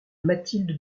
mathilde